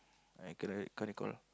I cannot cannot recall